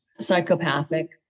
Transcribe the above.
psychopathic